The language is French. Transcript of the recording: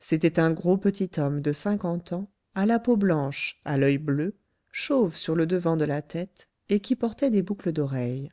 c'était un gros petit homme de cinquante ans à la peau blanche à l'oeil bleu chauve sur le devant de la tête et qui portait des boucles d'oreilles